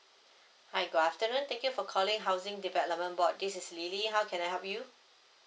hi good afternoon thank you for calling housing development board this is lily how can I help you